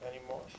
anymore